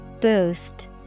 Boost